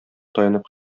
таянып